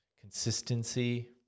consistency